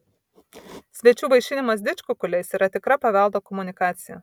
svečių vaišinimas didžkukuliais yra tikra paveldo komunikacija